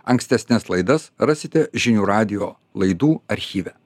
ankstesnes laidas rasite žinių radijo laidų archyve